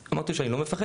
אמרתי לו שאני לא מפחד.